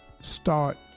start